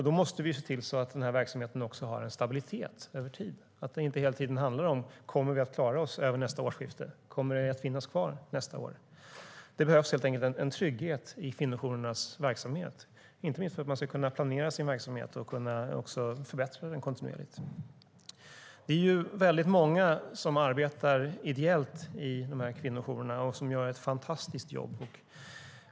Då måste vi också se till att den här verksamheten har en stabilitet över tid och att det inte hela tiden handlar om huruvida man kommer att klara sig över nästa årsskifte och finnas kvar nästa år. Det behövs helt enkelt en trygghet i kvinnojourernas verksamhet, inte minst för att de ska kunna planera verksamheten och kontinuerligt förbättra den. Det är många som arbetar ideellt i kvinnojourerna och gör ett fantastiskt jobb.